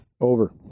Over